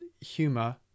humor